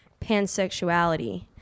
pansexuality